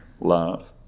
love